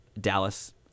Dallas